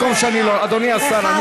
מחליטה הכנסת, לפי סעיף 84(ב)